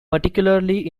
particularly